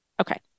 okay